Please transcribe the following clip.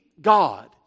God